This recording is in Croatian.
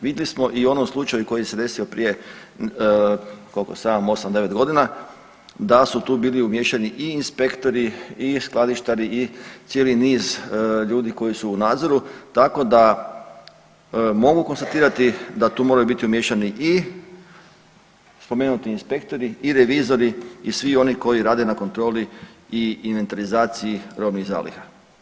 Vidjeli smo i u onom slučaju koji se desio prije koliko 7,8, 9 godina da su tu bili umiješani i inspektori i skladištari i cijeli niz ljudi koji su u nadzoru, tako da mogu konstatirati da tu moraju biti umiješani i spomenuti inspektori i revizori i svi oni koji rade na kontroli i inventarizaciji robnih zaliha.